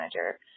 manager